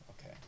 Okay